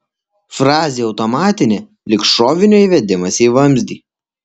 frazė automatinė lyg šovinio įvedimas į vamzdį